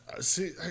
See